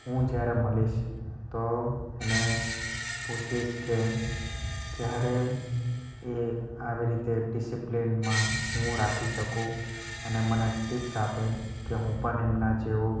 હું જ્યારે મળીશ તો એને પૂછીશ કે ક્યારે એ આવી રીતે ડિસિપ્લિનમાં હું રાખી શકું અને મને ટિપ્સ આપે કે હું પણ એમના જેવો